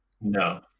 No